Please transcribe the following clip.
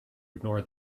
ignore